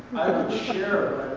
share